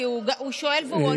כי הוא שואל והוא עונה.